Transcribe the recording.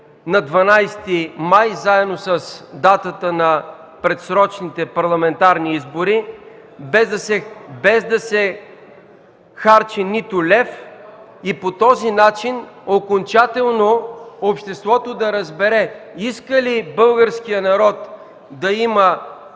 на 12 май, на датата на предсрочните парламентарни избори, без да се харчи нито лев повече и по този начин окончателно обществото да разбере иска ли българският народ да има